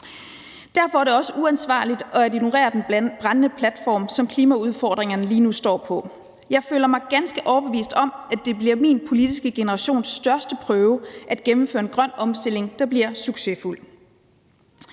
Derfor er det også uansvarligt at ignorere den brændende platform, som klimaudfordringerne lige nu står på. Jeg føler mig ganske overbevist om, at det bliver min politiske generations største prøve at gennemføre en grøn omstilling, der bliver succesfuld.